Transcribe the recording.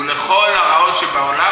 ולכל הרעות שבעולם,